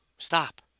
Stop